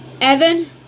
Evan